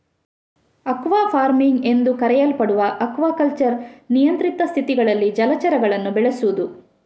aqua farming ಎಂದೂ ಕರೆಯಲ್ಪಡುವ aquaculture ನಿಯಂತ್ರಿತ ಸ್ಥಿತಿಗಳಲ್ಲಿ ಜಲಚರಗಳನ್ನು ಬೆಳೆಸುದು